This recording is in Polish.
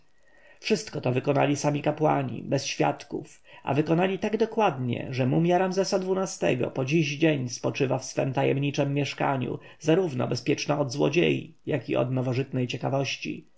wszystko to wykonali sami kapłani bez świadków a wykonali tak dokładnie że mumja ramzesa xii-go po dziś dzień spoczywa w swem tajemniczem mieszkaniu zarówno bezpieczna od złodziejów jak i od nowożytnej ciekawości